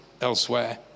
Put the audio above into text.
elsewhere